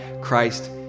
Christ